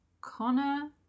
Connor